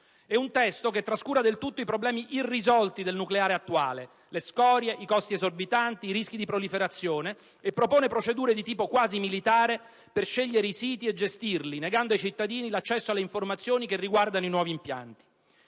È un testo che trascura del tutto i problemi irrisolti del nucleare attuale - le scorie, i costi esorbitanti, i rischi di proliferazione - e propone procedure di tipo quasi militare per scegliere i siti e gestirli, negando ai cittadini l'accesso alle informazioni che riguardano i nuovi impianti.